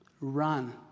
Run